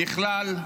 ככלל,